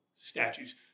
statues